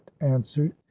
answered